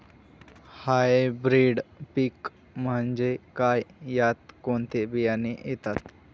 Hybrid पीक म्हणजे काय? यात कोणते बियाणे येतात?